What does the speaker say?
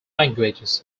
languages